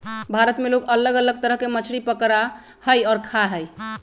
भारत में लोग अलग अलग तरह के मछली पकडड़ा हई और खा हई